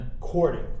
courting